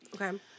Okay